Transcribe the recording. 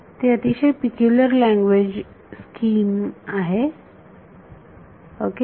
ती अतिशय peculiar language scheme आहे आहे ओके